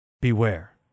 Beware